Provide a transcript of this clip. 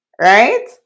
right